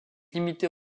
limités